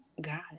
God